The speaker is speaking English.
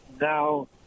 now